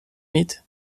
meat